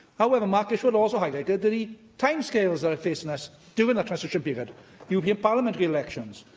however, mark isherwodd also highlighted the the timescales that are facing us during that transition period european parliament re-elections,